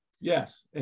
Yes